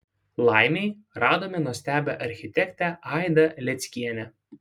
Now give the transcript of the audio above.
laimei radome nuostabią architektę aidą leckienę